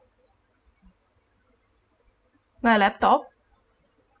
my laptop